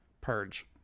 Purge